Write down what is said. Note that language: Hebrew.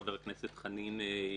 חבר הכנסת חנין,